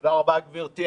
תודה רבה, גברתי.